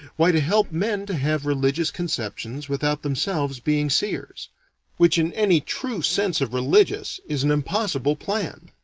why, to help men to have religious conceptions without themselves being seers which in any true sense of religious is an impossible plan.